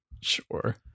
Sure